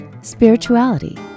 Spirituality